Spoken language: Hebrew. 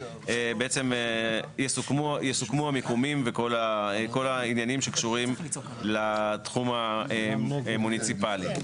בעצם יסוכמו המיקומים וכל העניינים שקשורים לתחום המוניציפלי.